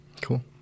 Cool